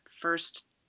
first